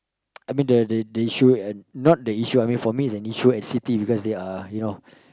I mean the the the issue uh not the issue I mean for me it's an issue at city because they are you know